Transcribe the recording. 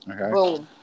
Okay